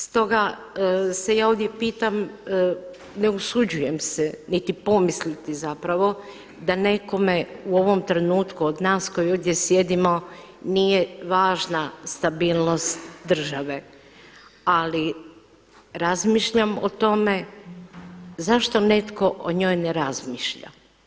Stoga se ja ovdje pitam, ne usuđujem se niti pomisliti da nekome u ovome trenutku od nas koji ovdje sjedimo nije važna stabilnost države. ali Razmišljam o tome, zašto netko o njoj ne razmišlja.